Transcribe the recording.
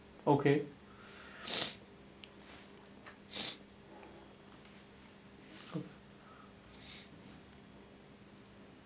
okay